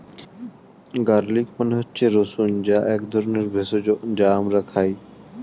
garlic মানে হচ্ছে রসুন যেটা এক ধরনের ভেষজ যা আমরা খাই